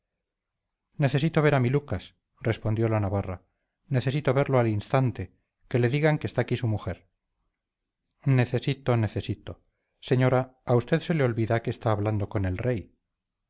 necesito ver a mi lucas respondió la navarra necesito verlo al instante que le digan que está aquí su mujer necesito necesito señora a usted se le olvida que está hablando con el rey